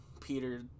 Peter